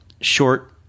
short